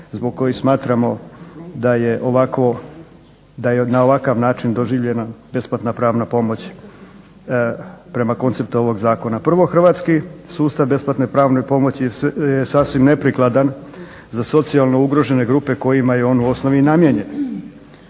da je ovakvo, da je na ovakav način doživljena besplatna pravna pomoć prema konceptu ovog zakona. Prvo, hrvatski sustav besplatne pravne pomoći je sasvim neprikladan za socijalno ugrožene grupe kojima je on u osnovi namijenjen.